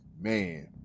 Man